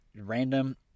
random